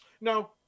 No